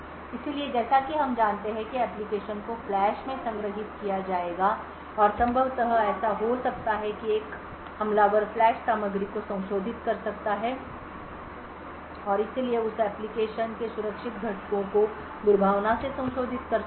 इसलिए जैसा कि हम जानते हैं कि एप्लिकेशन को फ्लैश में संग्रहीत किया जाएगा और संभवतः ऐसा हो सकता है कि एक हमलावर फ़्लैश सामग्री को संशोधित कर सकता है और इसलिए उस एप्लिकेशन के सुरक्षित घटकों को दुर्भावना से संशोधित कर सकता है